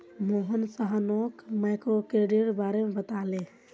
मोहन सोहानोक माइक्रोक्रेडिटेर बारे बताले